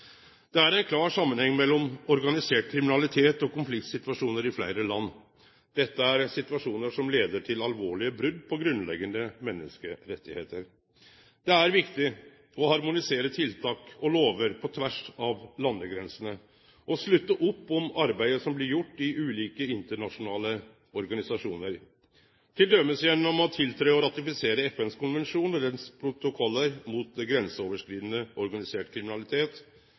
Det er ein klar samanheng mellom organisert kriminalitet og konfliktsituasjonar i fleire land. Dette er situasjonar som leier til alvorlege brot på grunnleggjande menneskerettar. Det er viktig å harmonisere tiltak og lover på tvers av landegrensene, og å slutte opp om arbeidet som blir gjort i ulike internasjonale organisasjonar, til dømes gjennom å tiltre og ratifisere FNs konvensjon og dens protokollar mot grenseoverskridande organisert kriminalitet